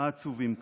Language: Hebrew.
העצובים כאן.